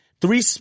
Three